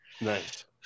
nice